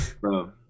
Bro